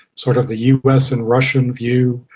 sort of the us and russian view,